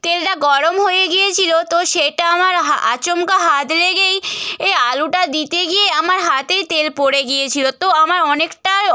তেলটা গরম হয়ে গিয়েছিলো তো সেটা আমার হা আচমকা হাত লেগেই এই আলুটা দিতে গিয়েই আমার হাতে তেল পড়ে গিয়েছিল তো আমার অনেকটায়